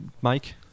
Mike